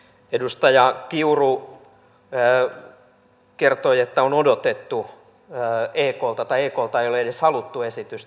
edustaja kiuru kertoi että on odotettu eklta esitystä eklta ei ole edes haluttu esitystä